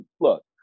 Look